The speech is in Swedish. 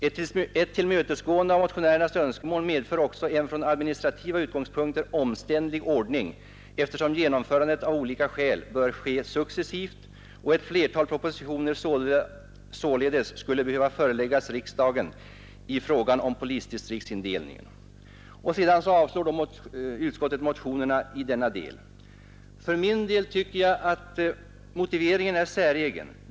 Ett tillmötesgående av motionärernas önskemål medför också en från administrativa utgångspunkter omständlig ordning, eftersom genomförandet av olika skäl bör ske successivt och ett flertal propositioner således skulle behöva föreläggas riksdagen i frågan om polisdistriktsindelningen.” Och sedan avstyrker utskottet motionerna i denna del. För min del tycker jag att motiveringen är säregen.